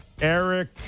Eric